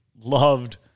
loved